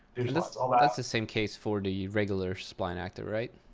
victor that's ah that's the same case for the regular spline actor, right?